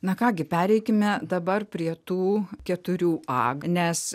na ką gi pereikime dabar prie tų keturių a nes